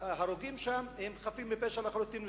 ההרוגים שם הם חפים מפשע לחלוטין.